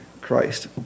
Christ